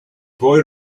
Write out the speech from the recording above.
boy